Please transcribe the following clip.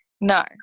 No